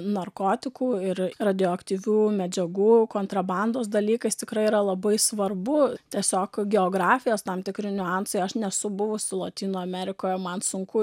narkotikų ir radioaktyvių medžiagų kontrabandos dalykas tikrai yra labai svarbu tiesiog geografijos tam tikri niuansai aš nesu buvusi lotynų amerikoje man sunku